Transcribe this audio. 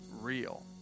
real